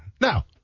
Now